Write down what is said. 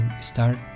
start